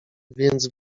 więc